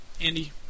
Andy